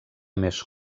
més